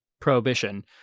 prohibition